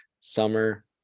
summer